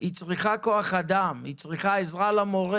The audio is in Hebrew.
היא צריכה כוח אדם, היא צריכה עזרה למורה.